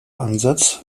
ansatz